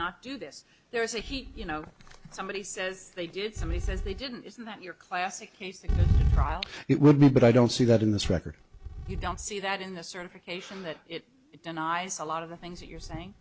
not do this there is a heat you know somebody says they did somebody says they didn't isn't that your classic case of trial it would be but i don't see that in this record you don't see that in the certification that denies a lot of the things you're saying